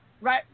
right